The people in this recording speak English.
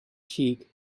cheek